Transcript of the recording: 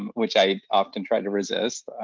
um which i often try to resist.